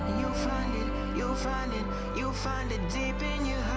you'll find it you'll find it you'll find it deep in your